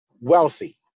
wealthy